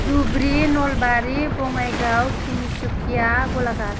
Dhubri Nalbari Bongaigaon Tinsukia Golaghat